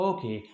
Okay